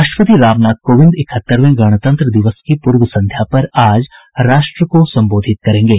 राष्ट्रपति रामनाथ कोविंद इकहत्तरवें गणतंत्र दिवस की पूर्व संध्या पर आज राष्ट्र को संबोधित करेंगे